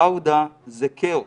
פאודה זה כאוס,